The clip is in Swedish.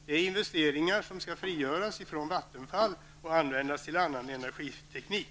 Det är investeringar som skall frigöras från Vattenfall och användas till annan energiteknik.